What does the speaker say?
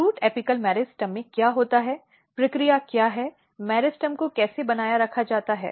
root apical meristem में क्या होता है प्रक्रिया क्या हैं मेरिस्टेम को कैसे बनाए रखा जाता है